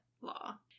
law